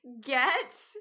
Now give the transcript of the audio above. get